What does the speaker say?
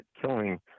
killing